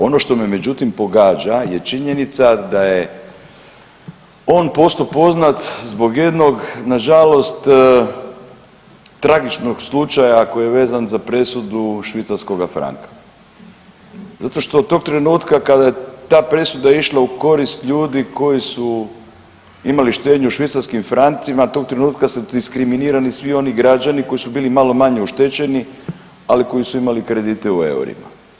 Ono što me međutim pogađa je činjenica da je on postao poznat zbog jednog nažalost tragičnog slučaja koji je vezan za presudu švicarskoga franka, zato što od tog trenutka kada je ta presuda išla u korist ljudi koji su imali štednju u švicarskim francima tog trenutka su diskriminirani svi oni građani koji su bili malo manje oštećeni, ali koji su imali kredite u eurima.